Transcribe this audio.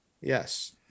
Yes